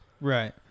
Right